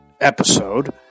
episode